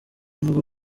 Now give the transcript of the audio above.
ivuga